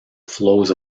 flows